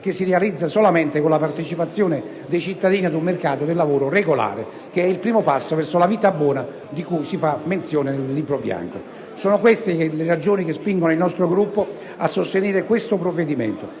che si realizza solo con la partecipazione dei cittadini ad un mercato del lavoro regolare, che é il primo passo verso la «vita buona» di cui si fa menzione nel Libro bianco. Sono queste le ragioni che spingono il nostro Gruppo a sostenere questo provvedimento.